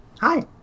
Hi